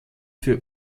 für